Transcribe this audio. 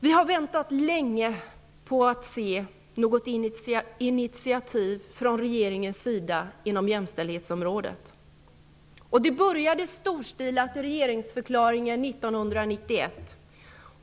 Vi har väntat länge på att se något initiativ från regeringens sida inom jämställdhetsområdet. Det började storstilat i regeringsförklaringen 1991.